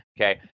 Okay